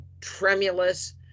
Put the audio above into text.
tremulous